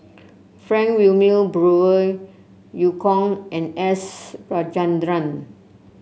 Frank Wilmin Brewer Eu Kong and S Rajendran